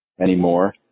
anymore